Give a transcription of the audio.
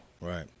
Right